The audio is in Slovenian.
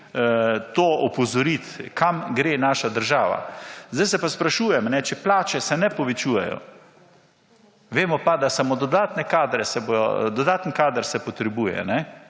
to opozoriti kam gre naša država. Sedaj se pa sprašujem, če plače se ne povečujejo vemo pa, da samo dodatni kader se potrebuje za